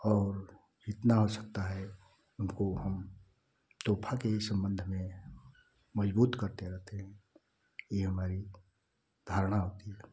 और जितना हो सकता है उनको हम तोहफा के ही सम्बंध में मज़बूत करते रहते हैं यह हमारी धारणा होती है